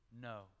No